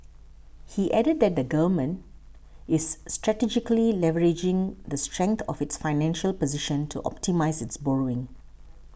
he added that the Government is strategically leveraging the strength of its financial position to optimise its borrowing